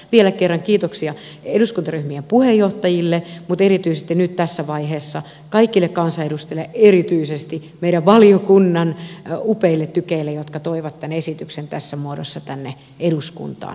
vielä kerran kiitoksia eduskuntaryhmien puheenjohtajille mutta erityisesti nyt tässä vaiheessa kaikille kansanedustajille ja erityisesti meidän valiokunnan upeille tykeille jotka toivat tämän esityksen tässä muodossa tänne eduskuntaan